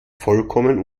vollkommen